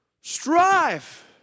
Strive